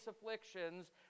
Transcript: afflictions